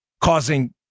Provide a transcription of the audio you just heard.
Causing